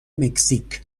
مکزیک